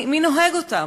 מי נוהג אותם?